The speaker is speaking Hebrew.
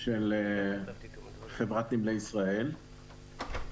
של חברת נמלי ישראל.